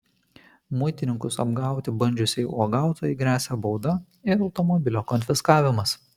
muitininkus apgauti bandžiusiai uogautojai gresia bauda ir automobilio konfiskavimas